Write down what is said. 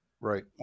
right